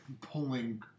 pulling